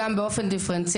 שפועלות באופן דיפרנציאלי,